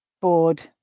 Bored